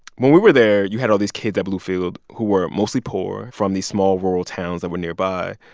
when we were there, you had all these kids at bluefield who were mostly poor from these small, rural towns that were nearby.